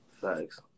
Thanks